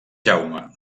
jaume